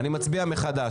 אני מצביע מחדש.